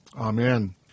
Amen